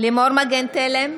לימור מגן תלם,